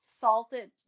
salted